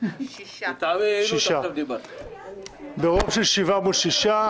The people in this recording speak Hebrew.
שישה ברוב של שבעה מול שישה,